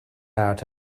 out